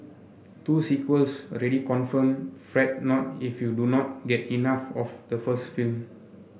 two sequels already confirmed Fret not if you do not get enough of the first film